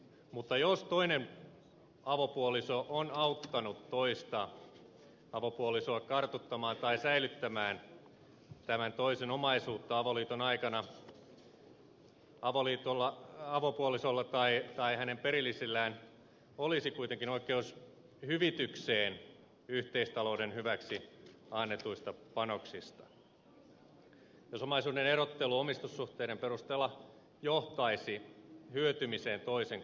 mutta jos toinen avopuoliso on auttanut toista avopuolisoa kartuttamaan tai säilyttämään tämän toisen omaisuutta avoliiton aikana avopuolisolla tai hänen perillisillään olisi kuitenkin oikeus hyvitykseen yhteistalouden hyväksi annetuista panoksista jos omaisuuden erottelu omistussuhteiden perusteella johtaisi hyötymiseen toisen kustannuksella